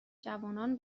جوانان